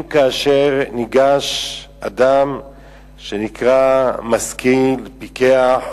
אם, כאשר ניגש אדם שנקרא משכיל, פיקח,